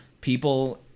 people